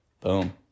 boom